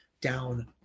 down